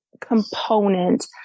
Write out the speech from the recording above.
component